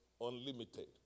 Unlimited